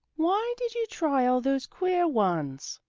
why did you try all those queer ones?